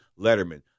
Letterman